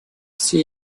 все